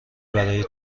برای